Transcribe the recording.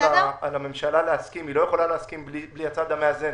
לא יכולה להסכים בלי הצד המאזן.